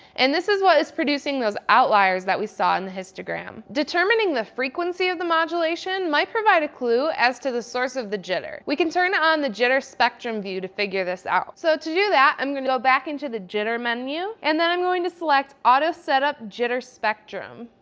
and this is what is producing those outliers that we saw in the histogram. determining the frequency of the modulation might provide a clue as to the source of the jitter. we can turn on the jitter spectrum view to figure this out. so, to do that, i'm going to go back into the jitter menu, and then i'm going to select auto setup jitter spectrum.